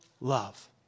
love